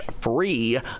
free